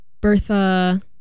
Bertha